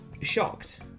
shocked